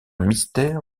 mystère